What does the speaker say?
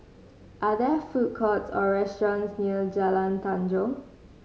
are there food courts or restaurants near Jalan Tanjong